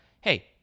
hey